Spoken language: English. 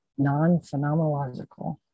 non-phenomenological